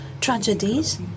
tragedies